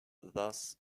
thus